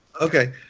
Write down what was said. Okay